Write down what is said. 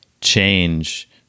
change